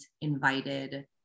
invited